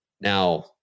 Now